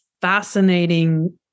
fascinating